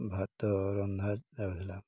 ଭାତ ରନ୍ଧା ଯାଉଥିଲା